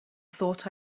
thought